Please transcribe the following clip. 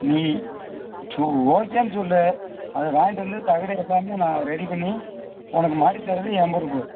நீ ஓகேன்னு சொல் அதை வாங்கிட்டு வந்து தகடு எல்லாமே நான் ரெடி பண்ணி உனக்கு மாட்டி தர்றது என் பொறுப்பு